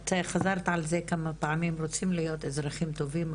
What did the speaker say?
את חזרת על זה כמה פעמים שאתם רוצים להיות אזרחים טובים,